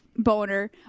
Boner